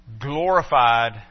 glorified